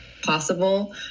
possible